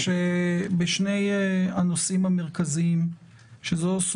עשינו בדיקה על יוני,